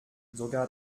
sogar